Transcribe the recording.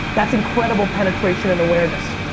that's incredible penetration and awareness.